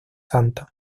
santos